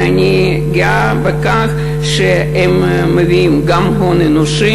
ואני גאה בכך שהם מביאים גם הון אנושי